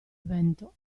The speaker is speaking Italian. vento